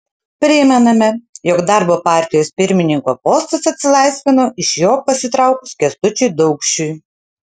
primename jog darbo partijos pirmininko postas atsilaisvino iš jo pasitraukus kęstučiui daukšiui